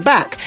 Back